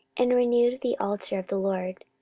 and renewed the altar of the lord,